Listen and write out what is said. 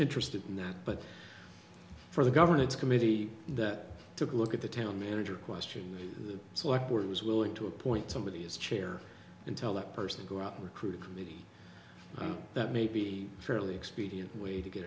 interested in that but for the governance committee that took a look at the town manager question the select board was willing to appoint somebody as chair and tell that person to go out and recruit a committee that may be fairly expedient way to